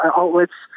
outlets